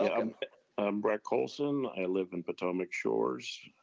ah um i'm brad coulson, i live in potomac shores.